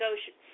Ocean